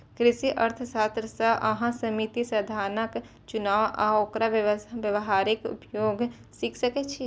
कृषि अर्थशास्त्र सं अहां सीमित साधनक चुनाव आ ओकर व्यावहारिक उपयोग सीख सकै छी